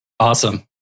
Awesome